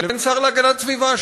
לבין שר להגנת הסביבה,